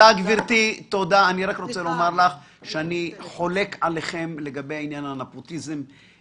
אני חולק עליכם לגבי עניין הנפוטיזם.